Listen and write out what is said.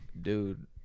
Dude